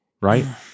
right